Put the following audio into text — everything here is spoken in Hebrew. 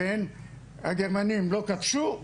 הגרמנים לא כבשו,